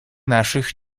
наших